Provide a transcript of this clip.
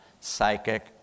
psychic